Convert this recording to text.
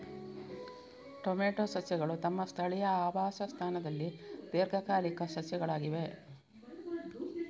tomato ಸಸ್ಯಗಳು ತಮ್ಮ ಸ್ಥಳೀಯ ಆವಾಸ ಸ್ಥಾನದಲ್ಲಿ ದೀರ್ಘಕಾಲಿಕ ಸಸ್ಯಗಳಾಗಿವೆ